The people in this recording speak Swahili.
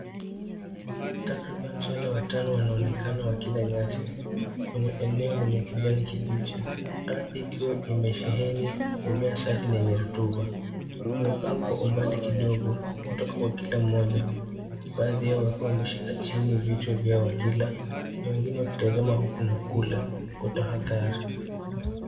Takriban swara watano wanaonekana wakila nyasi, kwenye eneo lenye kijani kibichi, ardhi ikiwa imesheheni mimea safi na yenye rutuba, wamepangwa kwa umbali kidogo kutoka kwa kila mmoja, huku baadhi yao wakiwa wameshika chini vichwa vyao wakila na wengine wakitazama huku na kule kwa tahadhari.